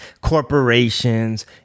corporations